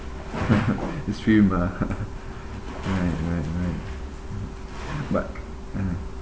extreme ah right right right but ah